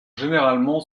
généralement